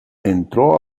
entró